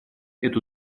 эту